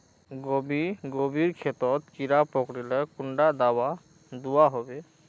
गोभी गोभिर खेतोत कीड़ा पकरिले कुंडा दाबा दुआहोबे?